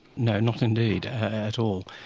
no, not indeed at all.